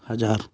हज़ारु